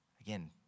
again